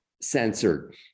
censored